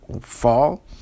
Fall